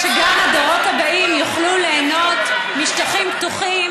שגם הדורות הבאים יוכלו ליהנות משטחים פתוחים